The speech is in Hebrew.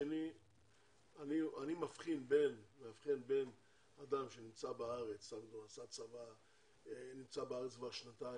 אני מבחין בין אדם שעשה צבא, נמצא בארץ כבר שנתיים